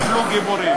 איך נפלו גיבורים.